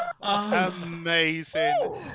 Amazing